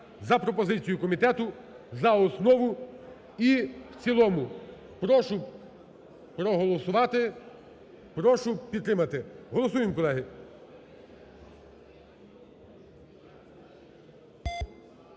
за пропозицією комітету за основу і в цілому. Прошу проголосувати, прошу підтримати. Голосуємо, колеги.